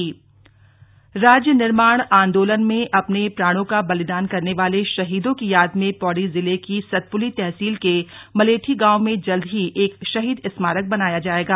शहीद स्मारक राज्य निर्माण आन्दोलन में अपने प्राणों का बलिदान करने वाले शहीदों की याद में पौड़ी जिले की सतपुली तहसील के मलेठी गाँव में जल्द ही एक शहीद स्मारक बनाया जाएगा